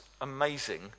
amazing